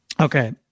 Okay